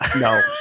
No